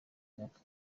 y’aka